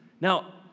Now